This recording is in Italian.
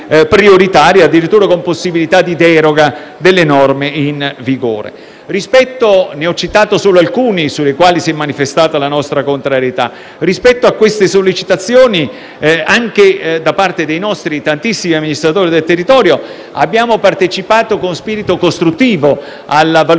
addirittura con possibilità di deroga delle norme in vigore. Ho citato solo alcuni aspetti sui quali si è manifestata la nostra contrarietà. Recependo anche le sollecitazioni dei nostri tantissimi amministratori del territorio, abbiamo partecipato con spirito costruttivo alla valutazione